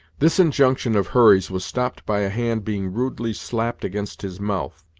this injunction of hurry's was stopped by a hand being rudely slapped against his mouth,